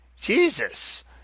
Jesus